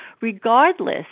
regardless